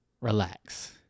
relax